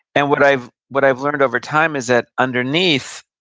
and what i've what i've learned over time is that underneath,